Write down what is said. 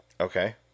Okay